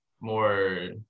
more